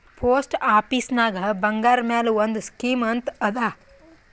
post ಆಫೀಸ್ನಾಗ್ ಬಂಗಾರ್ ಮ್ಯಾಲ ಒಂದ್ ಸ್ಕೀಮ್ ಅಂತ್ ಅದಾ